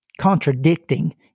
contradicting